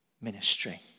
ministry